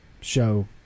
show